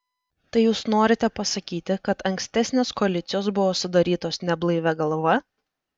tai jūs norite pasakyti kad ankstesnės koalicijos buvo sudarytos neblaivia galva